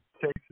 Texas